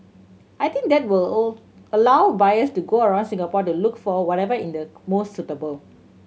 I think that will all allow buyers to go around Singapore to look for whatever in the most suitable